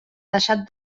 deixat